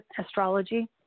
astrology